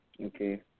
Okay